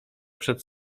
przed